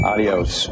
Adios